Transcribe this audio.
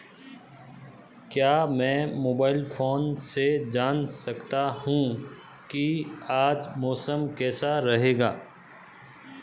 क्या मैं mobile phone से जान सकता हूँ कि आज मौसम कैसा रहेगा?